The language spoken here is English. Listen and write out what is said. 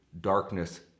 darkness